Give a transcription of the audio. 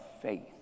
faith